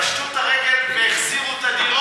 שאלתי אותה כמה מאלה פשטו את הרגל והחזירו את הדירות.